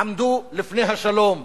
עמדו לפני השלום,